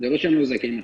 זה לא שהם לא זכאים לחל"ת.